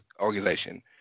organization